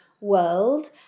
world